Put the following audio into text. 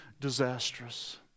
disastrous